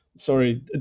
sorry